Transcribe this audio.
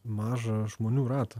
mažą žmonių ratą